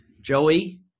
joey